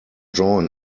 join